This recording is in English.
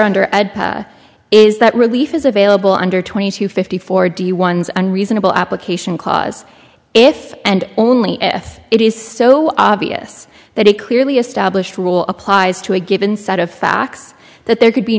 under is that relief is available under twenty two fifty four d ones and reasonable application clause if and only if it is so obvious that it clearly established rule applies to a given set of facts that there could be